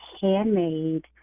handmade